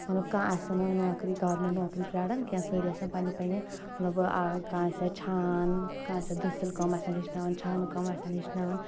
مطلب کانٛہہ آسہِ نہٕ نوکٔری گورمنٹ نوکٔری پرٛاران کینٛہہ سٲری آسَن پننہِ پننہِ مطلب کانٛہہ آسیا چھان کانٛہہ آسیا دٔسِل کٲم آسَن ہیٚچھناوان چھانہٕ کٲم آسَن ہیٚچھناوان